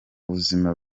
buzima